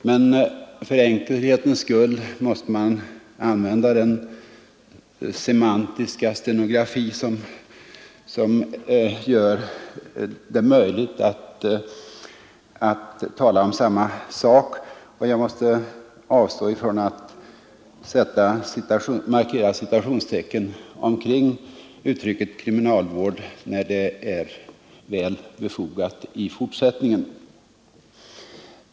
Men för enkelhetens skull måste man använda den semantiska stenografi som gör det möjligt för flera talare att tala om samma sak utan att bli missförstådda i onödan, och jag måste i fortsättningen avstå från att markera citationstecken omkring uttrycket kriminalvård även när det är väl befogat.